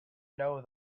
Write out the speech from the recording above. know